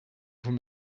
vous